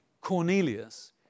Cornelius